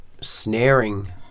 snaring